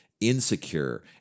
insecure